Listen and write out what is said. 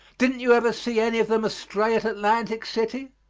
didn't you ever see any of them astray at atlantic city?